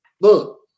Look